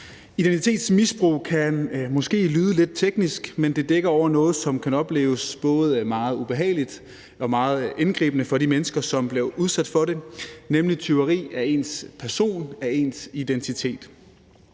Identitetsmisbrug kan måske lyde lidt teknisk, men det dækker over noget, som kan opleves som både meget ubehageligt og meget indgribende for de mennesker, som bliver udsat for det, nemlig tyveri af ens person, af ens identitet.